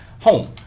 Home